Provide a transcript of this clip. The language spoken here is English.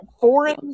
foreign